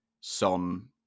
son